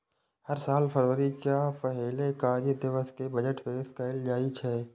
हर साल फरवरी के पहिल कार्य दिवस कें बजट पेश कैल जाइ छै